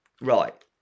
right